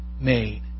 made